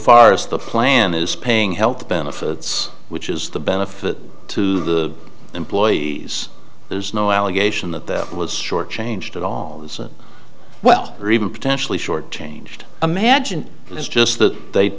far as the plan is paying health benefits which is the benefit to the employees there's no allegation that was short changed at all well or even potentially short changed imagine it's just that they